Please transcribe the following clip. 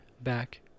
back